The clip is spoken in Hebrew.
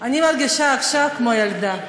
עכשיו כמו ילדה,